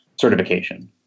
certification